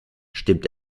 stimmt